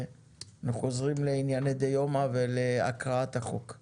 אנחנו חוזרים לענייני דיומא ולהקראת החוק.